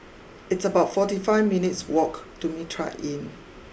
it's about forty five minutes' walk to Mitraa Inn